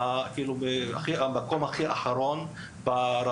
נמצאים במקום הנמוך ביותר בטבלה בהשוואה